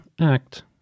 act